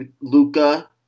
Luca